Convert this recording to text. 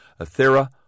Athera